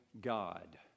God